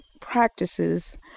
practices